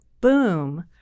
boom